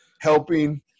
helping